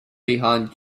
behind